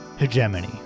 Hegemony